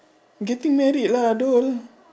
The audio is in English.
getting married lah !duh!